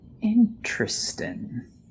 Interesting